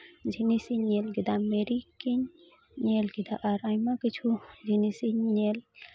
ᱡᱤᱱᱤᱥᱤᱧ ᱧᱮᱞ ᱠᱮᱫᱟ ᱢᱮᱨᱤᱠ ᱤᱧ ᱧᱮᱞ ᱠᱮᱫᱟ ᱟᱨ ᱟᱭᱢᱟ ᱠᱤᱪᱷᱩ ᱡᱤᱱᱤᱥᱤᱧ ᱧᱮᱞ